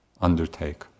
undertake